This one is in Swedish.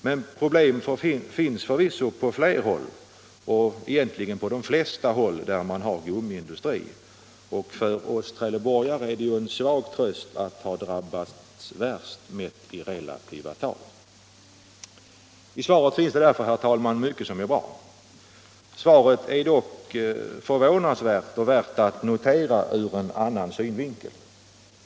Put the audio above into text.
Men problem finns förvisso på flera håll — egentligen på de flesta håll där man har gummiindustri. För oss trelleborgare är det ingen tröst att inte ha drabbats värst, mätt även i relativa tal. I svaret finns, herr talman, mycket som är bra. Svaret är dock förvånansvärt, och värt att notera, ur en annan synvinkel.